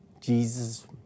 Jesus